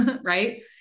Right